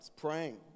praying